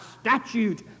statute